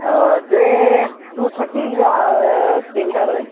two thirty ୟା ତିନିଟାବେଳେ